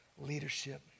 leadership